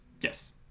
yes